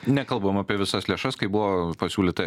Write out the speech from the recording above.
nekalbam apie visas lėšas kaip buvo pasiūlyta